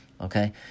Okay